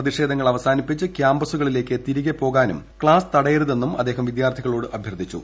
പ്രതിഷേധങ്ങൾ അവസാനിപ്പിച്ച് ക്യാമ്പസുകളിലേക്ക് തിരികെ പോകാനും ക്സാസ് തടയരുതെന്നും അദ്ദേഹം വിദ്യാർത്ഥികളോട് അഭ്യർത്ഥിച്ചു